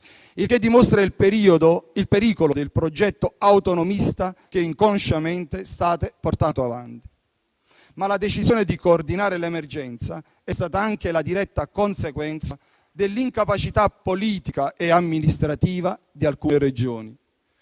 e ciò dimostra il pericolo del progetto autonomista che inconsciamente state portando avanti. Tuttavia, la decisione di coordinare l'emergenza è stata anche la diretta conseguenza dell'incapacità politica e amministrativa di alcune Regioni.